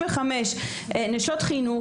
55,000 נשות חינוך,